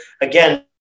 Again